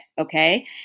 okay